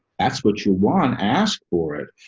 that's what you want, ask for it.